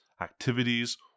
activities